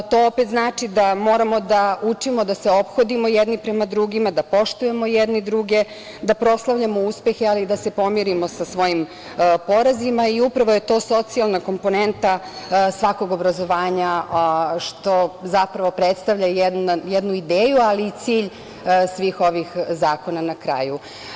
To opet znači da moramo da učimo da se ophodimo jedni prema drugima, da poštujemo jedni drugi, da proslavljamo uspehe, ali i da se pomirimo sa svojim porazima i upravo je to socijalna komponenta svakog obrazovanja, što zapravo predstavlja jednu ideju, ali i cilj svih ovih zakona na kraju.